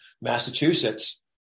Massachusetts